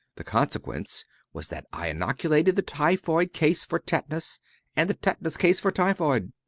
the consequence was that i inoculated the typhoid case for tetanus and the tetanus case for typhoid.